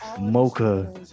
mocha